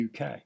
UK